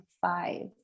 five